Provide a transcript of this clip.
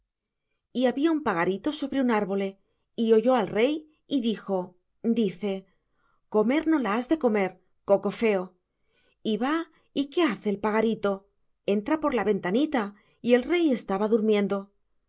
y había un pagarito sobre un árbole y oyó al rey y dijo dice comer no la has de comer coco feo y va y qué hace el pagarito entra por la ventanita y el rey estaba durmiendo